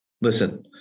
listen